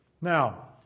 Now